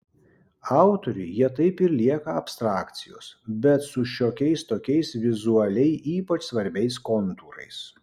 autoriui jie taip ir lieka abstrakcijos bet su šiokiais tokiais vizualiai ypač svarbiais kontūrais